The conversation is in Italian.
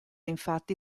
infatti